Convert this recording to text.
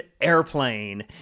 Airplane